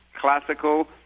classical